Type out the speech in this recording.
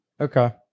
Okay